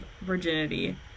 virginity